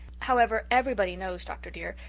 however, everybody knows, dr. dear,